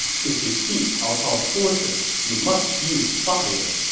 to defeat cao cao's forces, you must use fire.